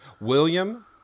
William